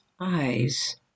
eyes